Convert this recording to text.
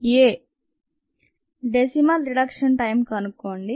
a decimal reduction time కనుగొనండి